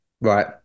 right